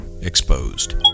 exposed